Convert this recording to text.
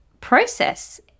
process